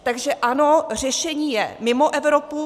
Takže ano, řešení je mimo Evropu.